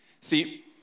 See